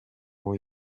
more